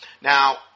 Now